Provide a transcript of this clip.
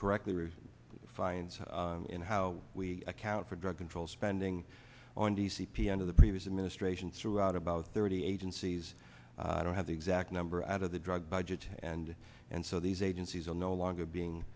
correctly we're finds in how we account for drug control spending on d c p and of the previous administration threw out about thirty agencies i don't have the exact number out of the drug budget and and so these agencies are no longer being